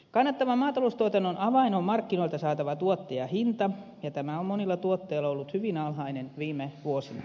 kannattavan maataloustuotannon avain on markkinoilta saatava tuottajahinta ja tämä on monilla tuottajilla ollut hyvin alhainen viime vuosina